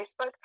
Facebook